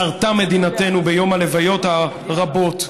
ששרתה במדינתנו ביום הלוויות הרבות,